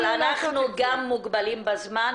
אבל אנחנו גם מוגבלים בזמן.